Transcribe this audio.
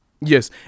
Yes